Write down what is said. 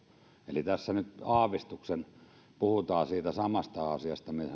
eli tässä nyt aavistuksen verran puhutaan siitä samasta asiasta